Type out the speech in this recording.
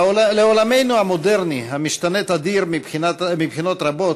לעולמנו המודרני, המשתנה תדיר מבחינות רבות,